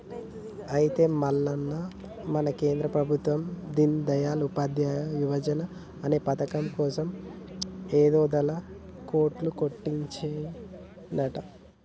అయితే మల్లన్న మన కేంద్ర ప్రభుత్వం దీన్ దయాల్ ఉపాధ్యాయ యువజన అనే పథకం కోసం ఐదొందల కోట్లు కేటాయించిందంట